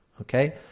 okay